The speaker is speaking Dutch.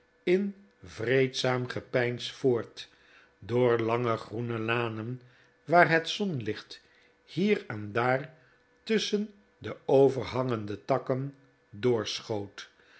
in vreedzaam gepeins voort door lange groene lanen waar het zonlicht hier en daar tusschen de overhangende takken doorschoot